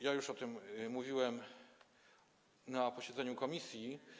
Ja już o tym mówiłem na posiedzeniu komisji.